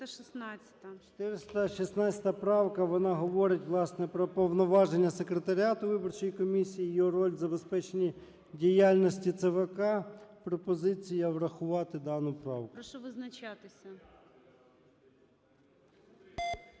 416 правка, вона говорить, власне, про повноваження секретаріату виборчої комісії, її роль у забезпеченні діяльності ЦВК. Пропозиція врахувати дану правку. ГОЛОВУЮЧИЙ. Прошу визначатися.